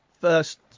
first